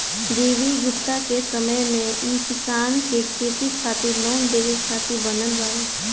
G V Gupta के समय मे ई किसान के खेती खातिर लोन देवे खातिर बनल बावे